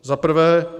Za prvé.